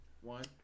One